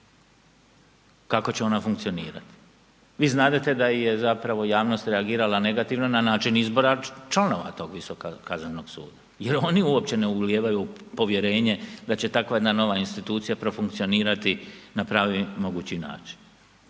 kako će ona funkcionirat. Vi znadete da je zapravo i javnost reagirala negativno na način izbora članova tog Visokog kaznenog suda jer oni uopće ne ulijevaju povjerenje da će takva jedna nova institucija profunkcionirati na pravi mogući način.